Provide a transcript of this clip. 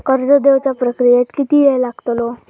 कर्ज देवच्या प्रक्रियेत किती येळ लागतलो?